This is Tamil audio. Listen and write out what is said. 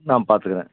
நான் பார்த்துக்குறேன்